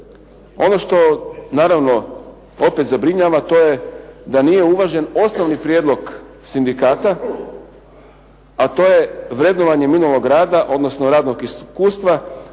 ono što naravno opet zabrinjava, to je da nije uvažen osnovni prijedlog sindikata, a to je vrednovanje minulog rada, odnosno radnog iskustva